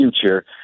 future